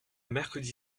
mercredi